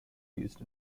used